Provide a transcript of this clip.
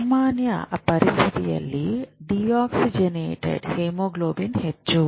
ಸಾಮಾನ್ಯ ಪರಿಸ್ಥಿತಿಯಲ್ಲಿ deoxygenated haemoglobin ಹೆಚ್ಚು